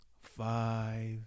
Five